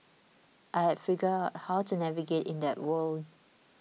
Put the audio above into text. I had figured out how to navigate in that world